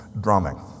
drumming